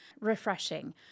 refreshing